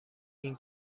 این